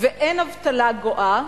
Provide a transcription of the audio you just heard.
ואין אבטלה גואה,